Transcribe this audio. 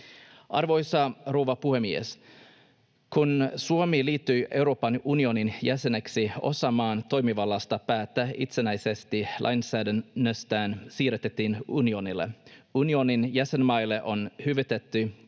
Arvoisa rouva puhemies! Kun Suomi liittyi Euroopan unionin jäseneksi, osa maan toimivallasta päättää itsenäisesti lainsäädännöstään siirrettiin unionille. Unionin jäsenmaille on hyvitetty